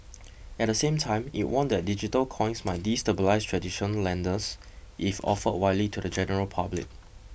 at the same time it warned that digital coins might destabilise traditional lenders if offered widely to the general public